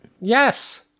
Yes